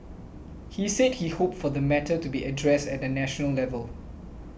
he said he hoped for the matter to be addressed at a national level